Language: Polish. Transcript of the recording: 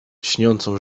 lśniącą